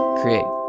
create.